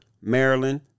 Maryland